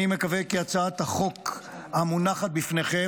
אני מקווה כי הצעת החוק המונחת בפניכם,